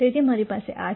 તેથી મારી પાસે આ છે